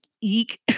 Eek